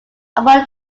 upon